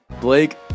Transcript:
Blake